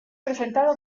presentado